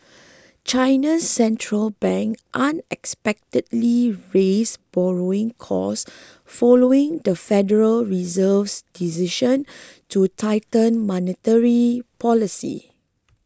China's Central Bank unexpectedly raised borrowing costs following the Federal Reserve's decision to tighten monetary policy